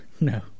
No